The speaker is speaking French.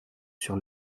sur